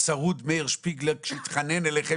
מאיר שפיגלר היה פה צרוד כשהתחנן אליכם